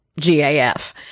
GAF